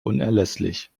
unerlässlich